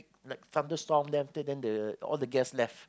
like thunderstorm then they all the guest left